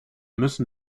müssen